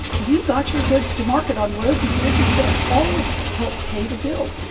you got your goods to market on roads and bridges that all of us helped pay to build.